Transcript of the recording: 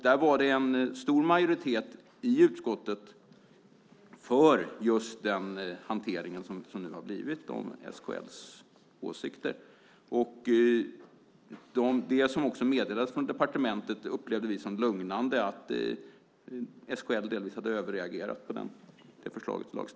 Det var en stor majoritet i utskottet för den hantering som det nu har blivit av SKL:s åsikter. Det som också meddelades från departementet upplevde vi som lugnande, nämligen att SKL delvis hade överreagerat på lagstiftningsförslaget.